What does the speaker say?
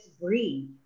Breathe